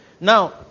Now